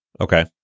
Okay